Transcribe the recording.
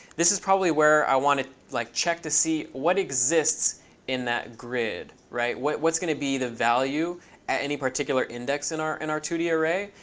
this is probably where i want to like check to see what exists in that grid, right? what's going to be the value at any particular index in our in our two d array?